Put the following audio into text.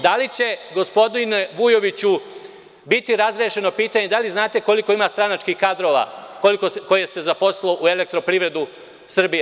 Da li će gospodine Vujoviću biti razrešeno pitanje, da li znate koliko ima stranačkih kadrova koje se zaposlilo u elektroprivredu Srbije?